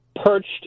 Perched